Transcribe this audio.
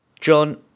John